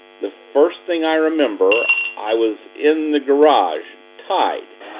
the first thing i remember i was in the garage tied.